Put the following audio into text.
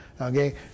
Okay